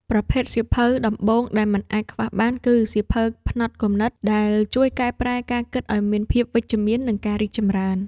ប្រភេទសៀវភៅដំបូងដែលមិនអាចខ្វះបានគឺ សៀវភៅផ្នត់គំនិត ដែលជួយកែប្រែការគិតឱ្យមានភាពវិជ្ជមាន និងរីកចម្រើន។